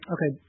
Okay